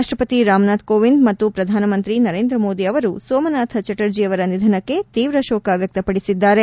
ರಾಷ್ಲಪತಿ ರಾಮನಾಥ ಕೋವಿಂದ್ ಮತ್ತು ಪ್ರಧಾನ ಮಂತ್ರಿ ನರೇಂದ್ರ ಮೋದಿ ಅವರು ಸೋಮನಾಥ ಚಟರ್ಜೆಯವರ ನಿಧನಕ್ಕೆ ತೀವ್ರ ಶೋಕ ವ್ಯಕ್ಷಪಡಿಸಿದ್ದಾರೆ